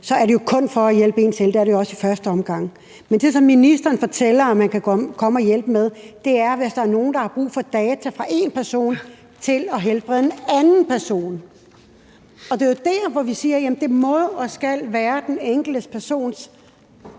kun er for at hjælpe en selv; det er det jo også i første omgang. Men det, som ministeren siger, at man kan komme og hjælpe med, er, i forhold til hvis der er nogen, der har brug for data fra en person til at helbrede en anden person. Og det er jo der, hvor vi siger: Jamen det må og skal jo være den enkelte persons